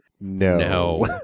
No